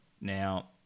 Now